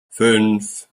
fünf